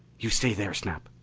you stay there, snap!